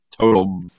total